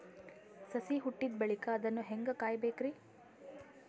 ಸಸಿ ಹುಟ್ಟಿದ ಬಳಿಕ ಅದನ್ನು ಹೇಂಗ ಕಾಯಬೇಕಿರಿ?